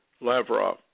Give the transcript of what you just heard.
Lavrov